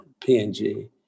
PNG